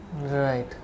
right